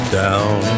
down